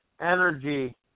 energy